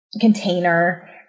container